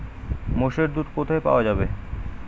মোষের দুধ কোথায় পাওয়া যাবে?